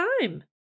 time